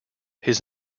his